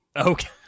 okay